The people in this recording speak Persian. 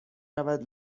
رود